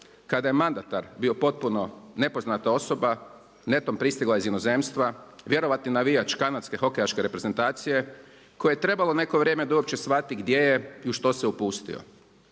kada je mandatar bio potpuno nepoznata osoba, netom pristigla iz inozemstva, …/Govornik se ne razumije./… navijač kanadske hokejaške reprezentacije kojem je trebalo neko vrijeme da uopće shvati gdje je i u što se upustio.